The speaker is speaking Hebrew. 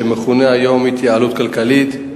שמכונה היום "התייעלות כלכלית".